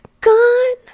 gone